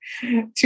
Two